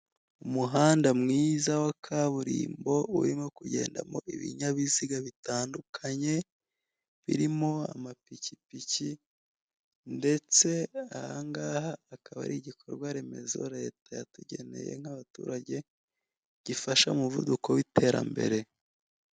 Umuhanda mwiza wa kaburimbo urimo kugendamo ibinyabiziga bitandukanye birimo amapikipiki ndetse ahangaha akaba ari igikorwaremezo leta yatugeneye nk'abaturage gifasha umuvuduko w'iterambere.